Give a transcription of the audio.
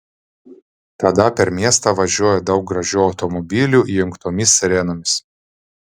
tada per miestą važiuoja daug gražių automobilių įjungtomis sirenomis